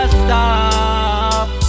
stop